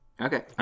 Okay